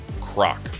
Croc